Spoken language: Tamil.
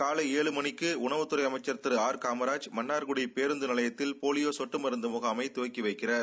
காலை ஏழு மணிக்கு உணவுத்துறை அமைச்சர் திரு காமராஜ் மன்னார்குடி பேருந்து நிலையத்தில் போலியோ கொட்டு மருந்து முகாமை தொடங்கி வைக்கிறார்